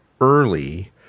early